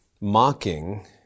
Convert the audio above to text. mocking